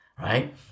right